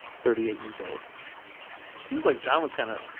thirty eight years old it seems like john was kind of,